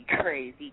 crazy